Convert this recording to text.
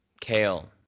Kale